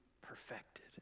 perfected